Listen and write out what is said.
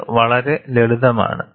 ഇത് വളരെ ലളിതമാണ്